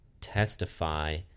testify